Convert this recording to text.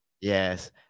Yes